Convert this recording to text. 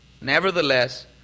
Nevertheless